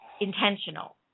intentional